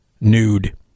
nude